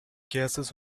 gases